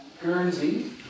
Guernsey